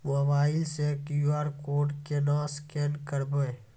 Mobile से QR code केना scan करबै?